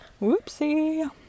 Whoopsie